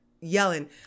yelling